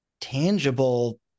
tangible